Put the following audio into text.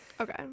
Okay